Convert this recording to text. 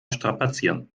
strapazieren